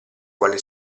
quale